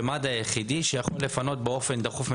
שמד"א הוא היחידי שיכול לפנות באופן דחוף.